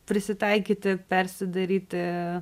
prisitaikyti persidaryti